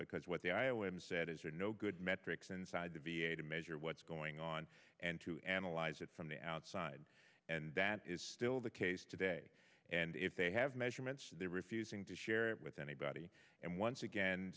because what the i o m said is there are no good metrics inside the v a to measure what's going on and to analyze it from the outside and that is still the case today and if they have measurements they're refusing to share it with anybody and once again